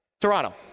Toronto